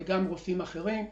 ועוד רופאים אחרים,